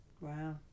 Wow